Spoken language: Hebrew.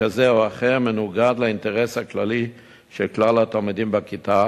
כזה או אחר מנוגד לאינטרס הכללי של כלל התלמידים בכיתה,